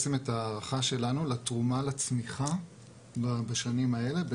ההערכה שלנו לתרומה לצמיחה בשנים האלה,